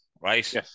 right